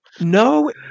No